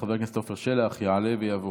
חבר הכנסת עפר שלח יעלה ויבוא.